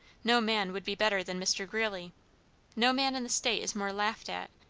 no man would be better than mr. greeley no man in the state is more laughed at,